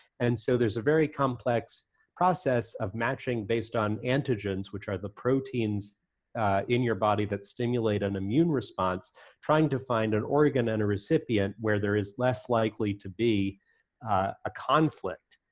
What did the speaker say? and so there's a very complex process of matching based on antigens, which are the proteins in your body that stimulate an immune response trying to find an organ and a recipient where there is less likely to be a conflict,